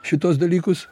šituos dalykus